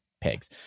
pigs